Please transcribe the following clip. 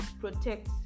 protect